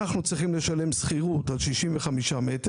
אנחנו צריכים לשלם שכירות על 65 מ"ר,